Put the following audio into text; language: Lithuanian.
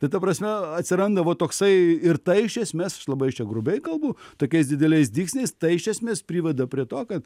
tai ta prasme atsiranda va toksai ir tai iš esmės labai aš čia grubiai kalbu tokiais dideliais dygsniais tai iš esmės priveda prie to kad